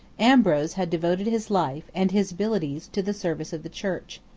ambrose had devoted his life, and his abilities, to the service of the church.